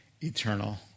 eternal